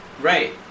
Right